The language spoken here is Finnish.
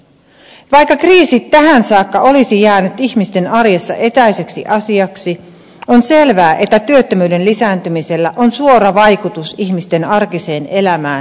vaikka kriisi tähän saakka olisi jäänyt ihmisten arjessa etäiseksi asiaksi on selvää että työttömyyden lisääntymisellä on suora vaikutus ihmisten arkiseen elämään ja toimeentuloon